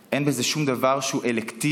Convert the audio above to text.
אין בזה שום דבר שהוא אלקטיבי,